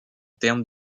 termes